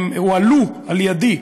הועלה על ידי,